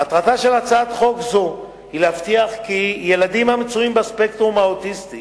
מטרתה של הצעת חוק זו היא להבטיח כי ילדים המצויים בספקטרום האוטיסטי